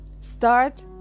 Start